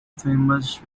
famous